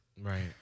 Right